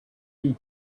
too